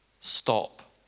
Stop